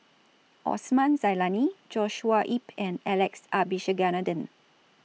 Osman Zailani Joshua Ip and Alex Abisheganaden